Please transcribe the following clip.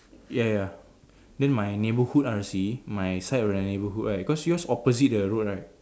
ya ya than my neighbourhood R_C my side of the neighbourhood right cause just opposite the road right